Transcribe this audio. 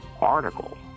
article